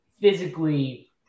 physically